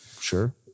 Sure